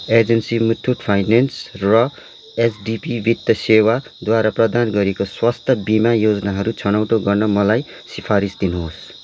agency Muthoot finance र HDB वित्त सेवाद्वारा प्रदान गरिएको स्वास्थ्य बिमा योजनाहरू छनौट गर्न मलाई सिफारिसहरू दिनुहोस्